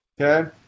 okay